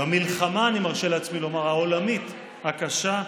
במלחמה, אני מרשה לעצמי לומר, העולמית, הקשה,